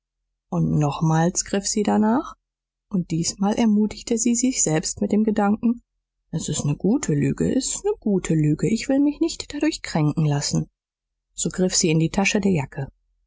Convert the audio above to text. und nochmals griff sie danach und diesmal ermutigte sie sich selbst mit dem gedanken s ist ne gute lüge s ist ne gute lüge ich will mich nicht dadurch kränken lassen so griff sie in die tasche der jacke